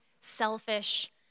selfish